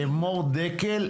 מור דקל,